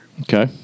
okay